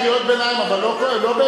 קריאות ביניים אבל לא במקהלה.